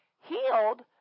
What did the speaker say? healed